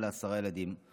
אימא לעשרה ילדים,